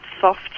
soft